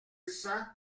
cent